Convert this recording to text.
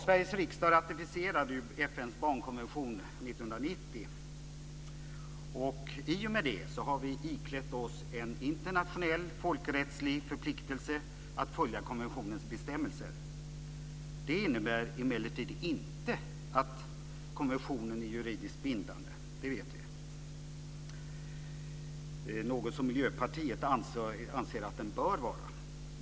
Sveriges riksdag ratificerade ju FN:s barnkonvention 1990. I och med det har vi iklätt oss en internationell folkrättslig förpliktelse att följa konventionens bestämmelser. Det innebär emellertid inte att konventionen är juridiskt bindande. Det vet vi. Det är något som Miljöpartiet anser att den bör vara.